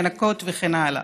לנקות וכן הלאה.